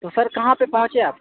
تو سر کہاں پہ پہنچے آپ